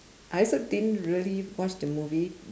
I also didn't really watch the movie